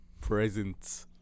Presents